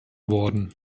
worden